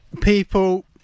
people